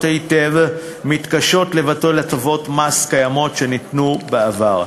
היטב הן מתקשות לבטל הטבות מס שניתנו בעבר.